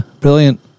brilliant